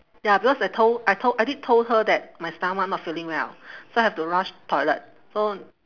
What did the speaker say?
ya because I told I told I did told her that my stomach not feeling well so I have to rush toilet so